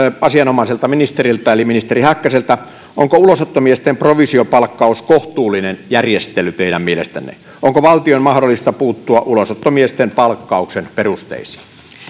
asianomaiselta ministeriltä eli ministeri häkkäseltä onko ulosottomiesten provisiopalkkaus kohtuullinen järjestely teidän mielestänne onko valtion mahdollista puuttua ulosottomiesten palkkauksen perusteisiin